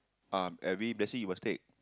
ah every blessing you will take